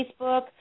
Facebook